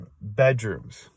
bedrooms